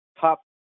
top